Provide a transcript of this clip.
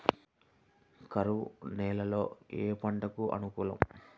కరువు నేలలో ఏ పంటకు అనుకూలం?